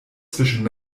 zwischen